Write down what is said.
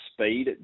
speed